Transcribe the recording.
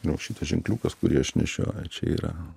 nu šitas ženkliukas kurį aš nešioju čia yra